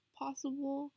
possible